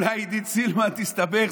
אולי עידית סילמן תסתבך,